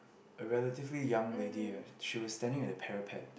a relatively young lady eh she was standing at the parapet